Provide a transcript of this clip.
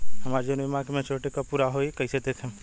हमार जीवन बीमा के मेचीयोरिटी कब पूरा होई कईसे देखम्?